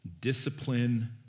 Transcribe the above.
Discipline